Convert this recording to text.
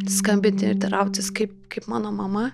skambinti ir teirautis kaip kaip mano mama